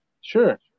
Sure